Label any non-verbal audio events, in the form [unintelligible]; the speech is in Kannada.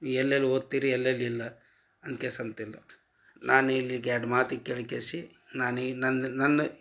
ಎಲ್ಲೆಲ್ಲಿ ಓದ್ತೀರಿ ಎಲ್ಲೆಲ್ಲಿ ಇಲ್ಲ [unintelligible] ನಾನು ಇಲ್ಲಿಗೆ ಎರಡು ಮಾತು ಕೇಳಿಕೆಸಿ ನಾನು ಈಗ ನನ್ನ ನನ್ನ